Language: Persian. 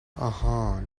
آهان